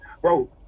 Bro